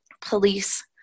police